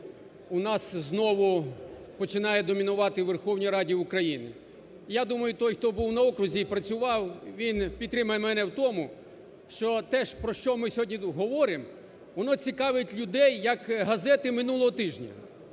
у нас знову починає домінувати у Верховній Раді України. Я думаю, той, хто був на окрузі і працював, він підтримає мене в тому, що те, про що ми сьогодні говоримо, воно цікавить людей, як газети минулого тижня.